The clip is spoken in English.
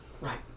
Right